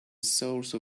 source